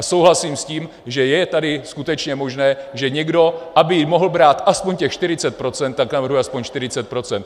Souhlasím s tím, že je tady skutečně možné, že někdo, aby mohl brát aspoň těch 40 %, tak navrhuje aspoň 40 %.